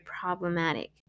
problematic